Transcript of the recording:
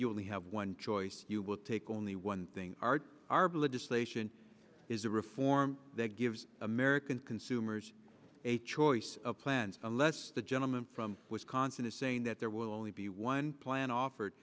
you only have one choice you will take only one thing art our bill a distillation is a reform that gives american consumers a choice of plans unless the gentleman from wisconsin is saying that there will only be one plan offered